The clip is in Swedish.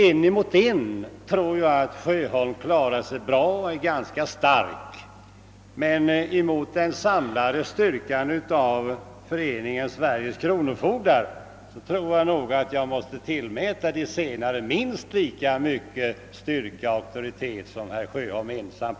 En mot en tror jag att herr Sjöholm klarar sig bra och är ganska stark, men ställs han emot den samlade styrkan av Föreningen Sveriges kronofogdar, tror jag nog att jag måste tillmäta de senare minst lika stor beviskraft och auktoritet som herr Sjöholm ensam har.